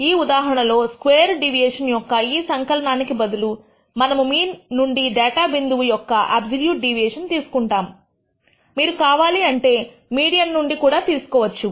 ఈ ఉదాహరణలో squared deviation యొక్క ఈ సంకలనాని కి బదులు మనము మీన్ నుండి డేటా బిందువు యొక్క ఆబ్సొల్యూట్ డీవియేషన్ తీసుకుంటాము మీరు కావాలి అంటే మీడియన్ నుండి కూడా తీసుకోవచ్చు